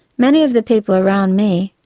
many of the people around me,